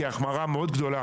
כי ההחמרה היא מאוד גדולה,